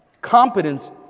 Competence